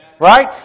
Right